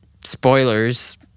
spoilers